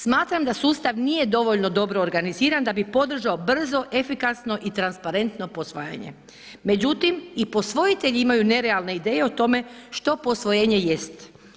Smatram da sustav nije dovoljno dobro organiziran da bi podržao brzo, efikasno i transparentno posvajanje međutim i posvojitelji imaju nerealne ideje o tome što posvojenje jest.